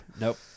nope